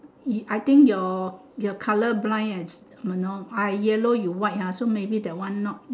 I think your you're colour blind ah as you know I yellow you white ha so maybe the one not